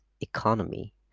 economy